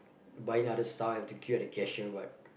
buying other stuff I have to queue at the cashier but